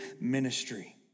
ministry